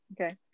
okay